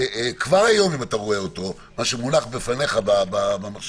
כבר היום אם אתה רואה אותו, מה שמונח בפניך במחשב,